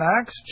Acts